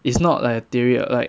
it's not like a theory ah like